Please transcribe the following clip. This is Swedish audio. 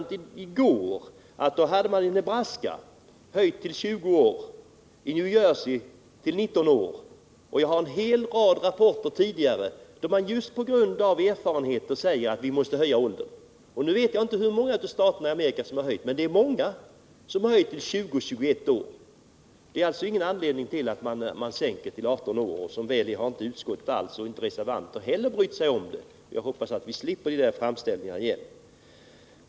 Jag fick i går meddelande om att man i Nebraska hade höjt gränsen till 20 år och i New Jersey till 19 år. Och jag har en rad andra rapporter om att man just på grund av erfarenheter tidigare har sagt att man måste höja denna åldersgräns. Jag vet inte hur många stater i Amerika som har höjt åldersgränsen, men det är många som har höjt den till 20-21 år. Det finns alltså ingen anledning att sänka den till 18 år, och som väl är har inte utskottet och inte heller några reservanter brytt sig om att tillstyrka förslaget. Jag hoppas att vi inte får denna framställan igen.